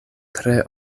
tre